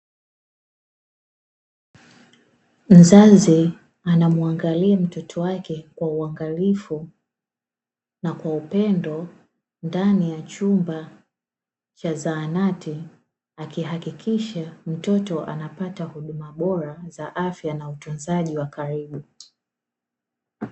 Mzazi anamuangalia mtoto wake kwa uangalifu na kwa upendo ndani ya chumba cha zahanati akihakikisha mtoto anapata huduma bora za afya na utunzaji wa karibu.